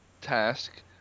task